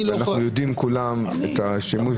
אנחנו יודעים כולם את השימוש.